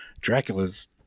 dracula's